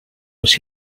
was